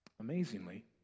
Amazingly